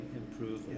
improve